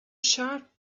sharp